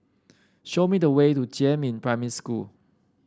show me the way to Jiemin Primary School